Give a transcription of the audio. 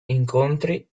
incontri